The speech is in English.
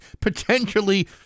potentially